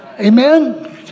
Amen